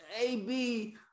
AB